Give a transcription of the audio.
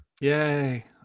yay